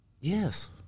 Yes